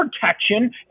protection